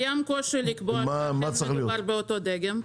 קיים קושי לקבוע שאכן מדובר באותו דגם,